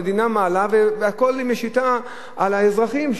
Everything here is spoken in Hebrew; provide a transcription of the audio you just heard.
המדינה מעלה והכול היא משיתה על האזרחים,